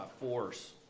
force